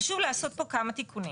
ולכן, חשוב לעשות פה כמה תיקונים.